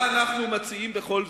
לשבת,